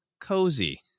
cozy